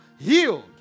healed